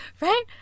Right